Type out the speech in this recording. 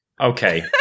Okay